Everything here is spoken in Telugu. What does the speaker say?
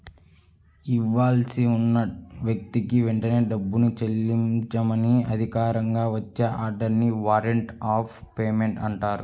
ఇవ్వాల్సి ఉన్న వ్యక్తికి వెంటనే డబ్బుని చెల్లించమని అధికారికంగా వచ్చే ఆర్డర్ ని వారెంట్ ఆఫ్ పేమెంట్ అంటారు